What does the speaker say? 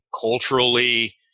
Culturally